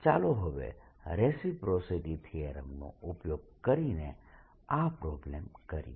ચાલો હવે રેસિપ્રોસિટી થીયરમનો ઉપયોગ કરીને આ પ્રોબ્લેમ કરીએ